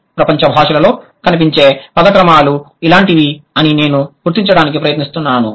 ప్రపంచ భాషలలో కనిపించే పద క్రమాలు ఇలాంటివి అని నేను గుర్తించడానికి ప్రయత్నిస్తున్నాను